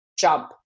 Jump